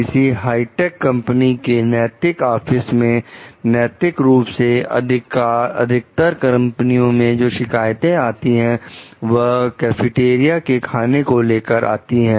किसी hi-tech company के नैतिकऑफिस में नैतिक रूप से अधिकतर कंपनियों में जो शिकायतें आती हैं वह कैफिटेरिया के खाने को लेकर आती हैं